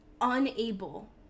unable